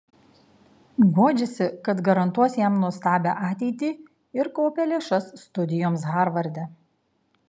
guodžiasi kad garantuos jam nuostabią ateitį ir kaupia lėšas studijoms harvarde